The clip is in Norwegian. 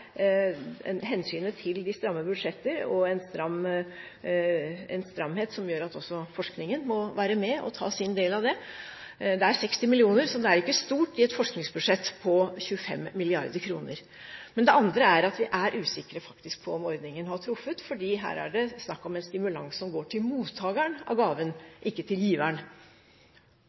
det er ikke stort i et forskningsbudsjett på 25 mrd. kr. Det andre er at vi faktisk er usikre på om ordningen har truffet, for her er det snakk om en stimulans som går til mottakeren av gaven, ikke til giveren.